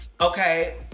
Okay